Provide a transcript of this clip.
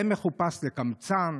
זה מחופש לקמצן,